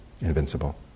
invincible